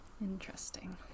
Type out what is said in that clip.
interesting